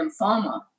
lymphoma